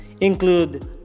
include